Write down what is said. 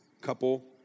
couple